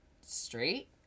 straight